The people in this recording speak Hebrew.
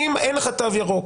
אם אין לך תו ירוק